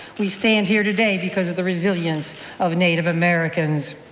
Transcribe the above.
we stand here today because of the resilience of native americans.